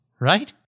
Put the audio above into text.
right